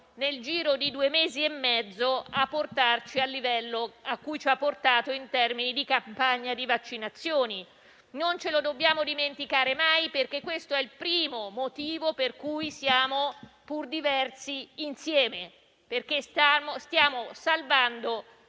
nel giro di due mesi e mezzo a portarci al livello a cui ci ha portati in termini di campagna vaccinale. Non ce lo dobbiamo mai dimenticare, perché questo è il primo motivo per cui siamo - pur diversi - insieme, perché stiamo salvando,